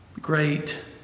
great